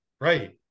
right